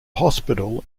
hospital